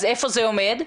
איפה זה עומד?